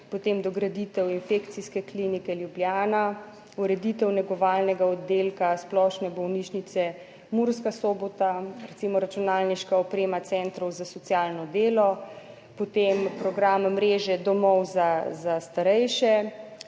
potem dograditev Infekcijske klinike Ljubljana, ureditev negovalnega oddelka Splošne bolnišnice Murska Sobota, recimo računalniška oprema centrov za socialno delo, potem program mreže domov za starejše,